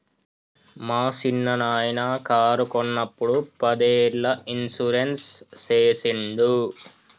మా సిన్ననాయిన కారు కొన్నప్పుడు పదేళ్ళ ఇన్సూరెన్స్ సేసిండు